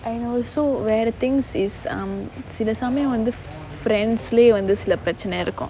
I know so where the things is um சில சமயம் வந்து:sila samayam vanthu friends leh வந்து சில பிரச்னை இருக்கும்:vanthu sila pirachanai irukkum